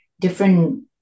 different